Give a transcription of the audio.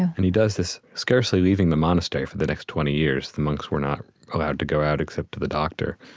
and he does this, scarcely leaving the monastery for the next twenty years. the monks were not allowed to go out except to the doctor.